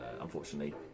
unfortunately